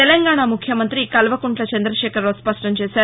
తెలంగాణ ముఖ్యమంతి కల్వకుంట్ల చంద్రశేఖరరావు స్పష్టం చేశారు